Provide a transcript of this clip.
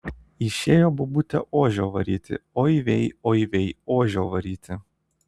išėjo bobutė ožio varyti oi vei oi vei ožio varyti